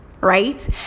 right